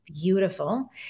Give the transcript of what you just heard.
beautiful